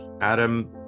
Adam